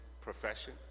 profession